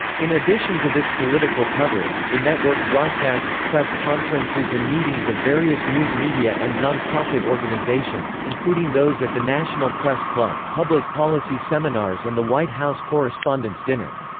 in addition to this political coverage, the network broadcasts press conferences and meetings of various news media and nonprofit organizations, including those at the national press club, public policy seminars and the white house correspondents' dinner.